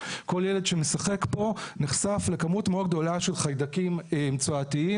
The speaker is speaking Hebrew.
כל ילד שמשחק פה נחשף לכמות מאוד גדולה של חיידקים צואתיים,